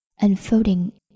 unfolding